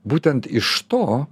būtent iš to